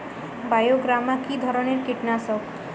বায়োগ্রামা কিধরনের কীটনাশক?